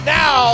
now